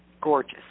gorgeous